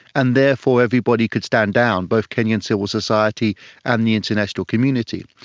and therefore everybody could stand down, both kenyan civil society and the international community.